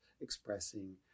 expressing